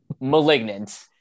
Malignant